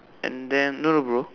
and then no no bro